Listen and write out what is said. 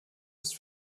ist